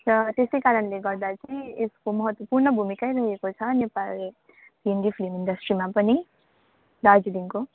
र त्यसैकारणले गर्दा चाहिँ यसको महत्त्वपूर्ण भुमिकै रहेको छ नेपाली हिन्दी फिल्म इन्डस्ट्रीमा पनि दार्जिलिङको